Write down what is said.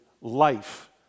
Life